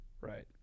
Right